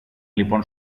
λοιπόν